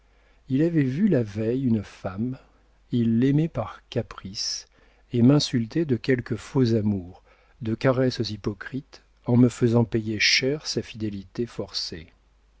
il avait vu la veille une femme il l'aimait par caprice et m'insultait de quelque faux amour de caresses hypocrites en me faisant payer cher sa fidélité forcée